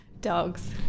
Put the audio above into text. Dogs